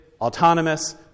autonomous